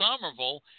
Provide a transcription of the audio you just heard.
Somerville